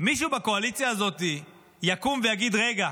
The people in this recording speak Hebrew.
מישהו בקואליציה הזאת יקום ויגיד: רגע,